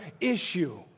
issue